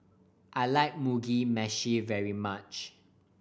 I like Mugi Meshi very much